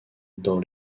dans